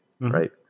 right